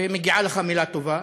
ומגיעה לך מילה טובה,